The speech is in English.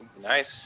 Nice